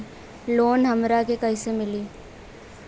Loan हमरा के कईसे मिली?